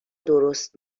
درست